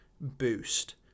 boost